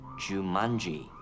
Jumanji